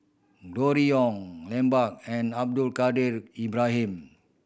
Gregory Yong Lambert and Abdul Kadir Ibrahim